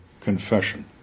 Confession